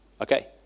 okay